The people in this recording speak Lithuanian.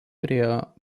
turėjo